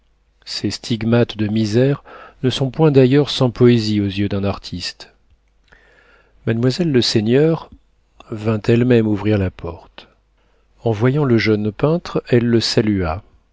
ces stigmates de misère ne sont point d'ailleurs sans poésie aux yeux d'un artiste mademoiselle leseigneur vint elle-même ouvrir la porte en voyant le jeune peintre elle le salua